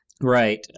right